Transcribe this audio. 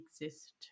exist